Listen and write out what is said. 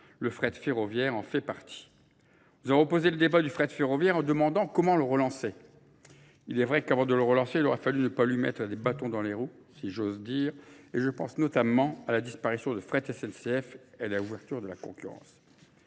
Le frais de ferroviaire en fait partie. Nous avons posé le débat du frais de ferroviaire en demandant comment le relancer. Il est vrai qu'avant de le relancer, il aurait fallu ne pas lui mettre des bâtons dans les roues, si j'ose dire. Et je pense notamment à la disparition de fret SNCF et à l'ouverture de la concurrence.